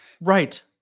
right